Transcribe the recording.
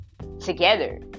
Together